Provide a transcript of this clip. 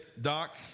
Doc